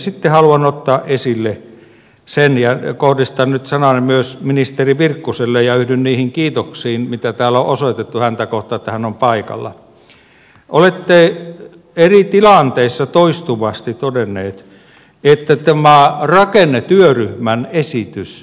sitten haluan ottaa esille sen ja kohdistan nyt sanani myös ministeri virkkuselle ja yhdyn niihin kiitoksiin joita täällä on osoitettu hänelle siitä että hän on paikalla että olette eri tilanteissa toistuvasti todennut että teemaa rakennetyöryhmän esitys